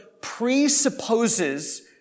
presupposes